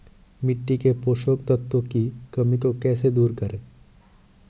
मिट्टी के पोषक तत्वों की कमी को कैसे दूर करें?